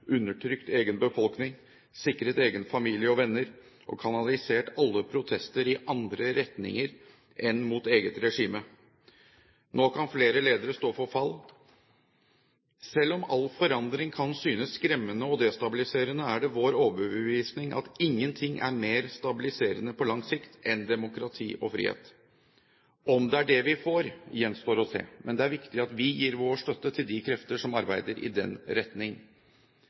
undertrykket egen befolkning, sikret egen familie og venner og kanalisert alle protester i andre retninger enn mot eget regime. Nå kan flere ledere stå for fall. Selv om all forandring kan synes skremmende og destabiliserende, er det vår overbevisning at ingenting er mer stabiliserende på lang sikt enn demokrati og frihet. Om det er det vi får, gjenstår å se. Men det er viktig at vi gir vår støtte til de krefter som arbeider i den retning.